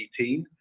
2018